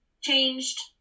changed